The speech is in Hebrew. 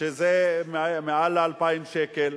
שזה יותר מ-2,000 שקל.